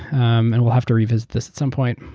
um and we'll have to revisit this at some point.